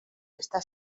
está